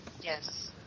yes